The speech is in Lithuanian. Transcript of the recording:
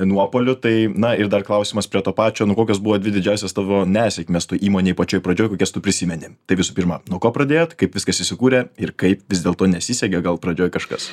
nuopuolių tai na ir dar klausimas prie to pačio nu kokios buvo dvi didžiosios tavo nesėkmes toj įmonėj pačioj pradžioj kokias tu prisimeni tai visų pirma nuo ko pradėjot kaip viskas įsikūrė ir kaip vis dėlto nesisekė gal pradžioj kažkas